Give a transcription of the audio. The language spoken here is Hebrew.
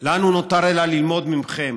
לנו נותר אלא ללמוד מכם